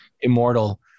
immortal